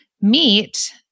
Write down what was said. Meet